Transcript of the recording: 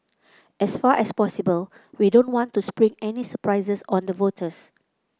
as far as possible we don't want to spring any surprises on the voters